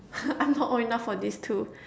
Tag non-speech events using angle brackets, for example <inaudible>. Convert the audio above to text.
<laughs> I'm not old enough for this too